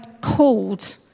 called